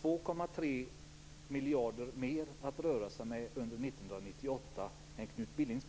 2,3 miljarder mer under 1998 än Knut Billing.